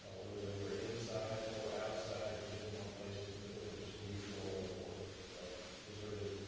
ah whether they were inside or outside, you didn't want places that were just neutral or or deserted.